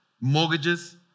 mortgages